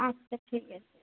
আচ্ছা ঠিক আছে